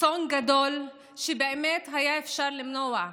אסון גדול, שבאמת אפשר היה למנוע,